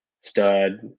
stud